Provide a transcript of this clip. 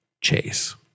chase